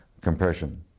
compression